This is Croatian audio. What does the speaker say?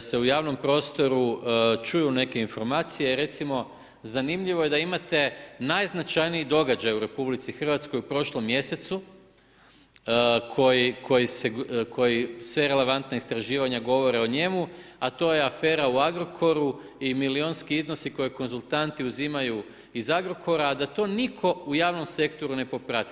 se u javnom prostoru čuju neke informacije, recimo zanimljivo je da imate najznačajniji događaj u RH u prošlom mjesecu koji sva relevantna istraživanja govore o njemu a to je afera u Agrokoru i milijunski iznosi koji konzultanti uzimaju iz Agrokora a da to nitko u javnom sektoru ne poprati.